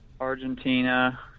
Argentina